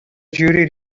jury